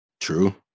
True